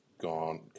gone